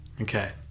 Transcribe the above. Okay